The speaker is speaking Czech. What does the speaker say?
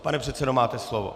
Pane předsedo, máte slovo.